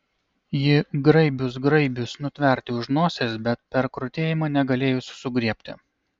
ji graibius graibius nutverti už nosies bet per krutėjimą negalėjus sugriebti